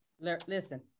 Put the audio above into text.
Listen